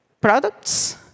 products